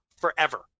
forever